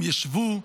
הם ישבו,